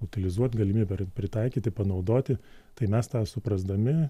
utilizuot galimybė ir pritaikyti panaudoti tai mes tą suprasdami